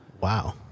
Wow